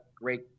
great